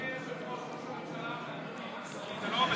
אדוני היושב-ראש, ראש הממשלה החליפי, זה לא עובד